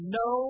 no